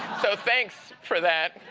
so thanks for that.